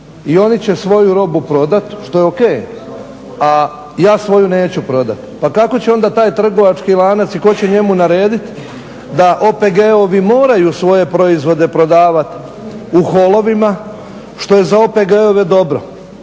i oni će svoju robu prodati što je o.k. a ja svoju neću prodati, pa kako će onda taj trgovački lanac i tko će njemu odrediti da OPG-ovi moraju svoje proizvode prodavati u holovima što je za OPG-ove dobro